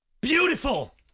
Beautiful